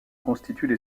constituent